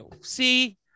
See